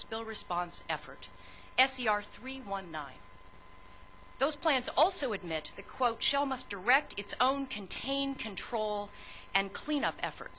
spill response effort s e r three one nine those plans also admit the quote show must direct its own contained control and cleanup effort